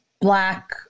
Black